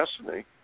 destiny